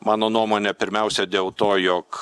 mano nuomone pirmiausia dėl to jog